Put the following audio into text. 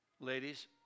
Ladies